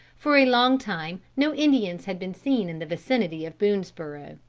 for a long time no indians had been seen in the vicinity of boonesborough.